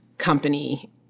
company